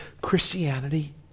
Christianity